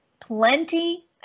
plenty